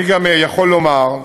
אני גם יכול לומר,